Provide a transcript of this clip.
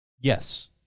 Yes